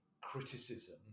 criticism